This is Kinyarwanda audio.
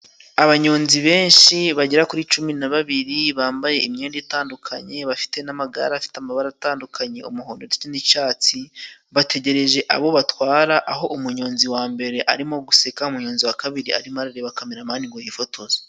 Abanyonzi benshi bagera kuri cumi na babiri, bambaye imyenda itandukanye. Bafite n'amagare afite amabara gatandukanye, umuhondo ndetse n'icatsi bategereje abo batwara, aho umunyonzi wa mbere arimo guseka umuyonzi wa kabiri arimo arareba kameramanani ngo yifotoze.